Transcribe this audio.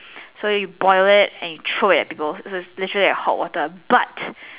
so you like boil it and you throw it because literally like hot water but